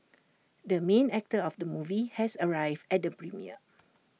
the main actor of the movie has arrived at the premiere